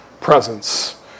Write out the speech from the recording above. presence